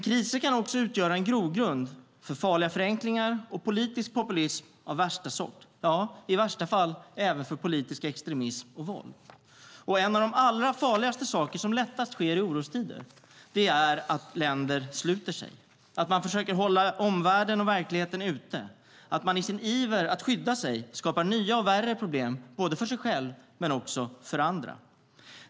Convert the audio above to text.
Kriser kan också utgöra grogrund för farliga förenklingar och politisk populism av värsta sort - i värsta fall även för politisk extremism och våld. Något av det farligaste som lätt sker i orostider är att länder sluter sig, att man försöker hålla omvärlden och verkligheten ute och i sin iver att skydda sig skapar nya och värre problem både för sig själv och för andra.